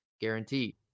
guaranteed